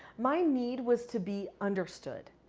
my need was to be understood.